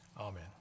Amen